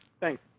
Thanks